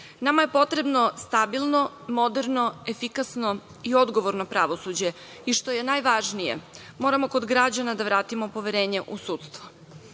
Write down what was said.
je potrebno stabilno, moderno, efikasno i odgovorno pravosuđe. Što je najvažnije, moramo kod građana da vratimo poverenje u sudstvo,